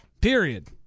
period